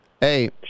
Hey